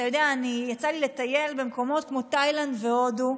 אתה יודע, יצא לי לטייל במקומות כמו תאילנד והודו.